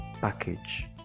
package